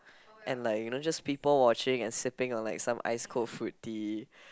and like you know just people watching and sipping on like some ice cold fruit tea